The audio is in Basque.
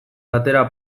batera